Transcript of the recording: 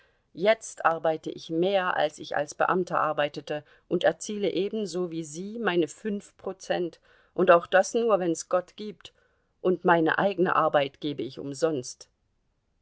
jetzt arbeite ich mehr als ich als beamter arbeitete und erziele ebenso wie sie meine fünf prozent und auch das nur wenn's gott gibt und meine eigene arbeit gebe ich umsonst